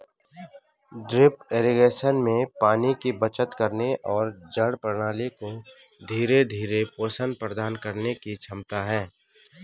drip irrigation में पानी की बचत करने और जड़ प्रणाली को धीरे धीरे पोषण प्रदान करने की क्षमता है